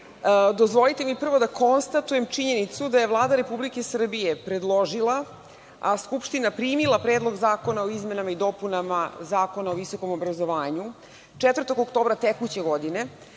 dozvolite mi prvo da konstatujem činjenicu da je Vlada Republike Srbije predložila, a Skupština primila Predlog zakona o izmenama i dopuna Zakona o visokom obrazovanju 4. oktobra tekuće godine